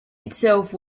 itself